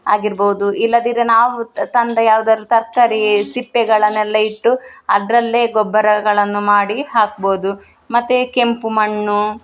ಆಗಿರ್ಬೋದು ಇಲ್ಲದಿದ್ದರೆ ನಾವು ತಂದ ಯಾವ್ದಾದ್ರು ತರಕಾರಿ ಸಿಪ್ಪೆಗಳನ್ನೆಲ್ಲ ಇಟ್ಟು ಅದರಲ್ಲೇ ಗೊಬ್ಬರಗಳನ್ನು ಮಾಡಿ ಹಾಕ್ಬೋದು ಮತ್ತು ಕೆಂಪು ಮಣ್ಣು